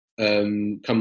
Come